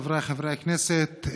חבריי חברי הכנסת,